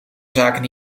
zaken